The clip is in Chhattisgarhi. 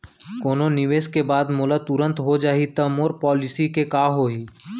कोनो निवेश के बाद मोला तुरंत हो जाही ता मोर पॉलिसी के का होही?